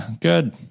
good